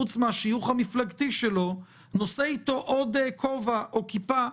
פרט לשיוך המפלגתי שלו נושא אתו עוד כובע או כיפה.